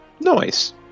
nice